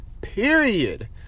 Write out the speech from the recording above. period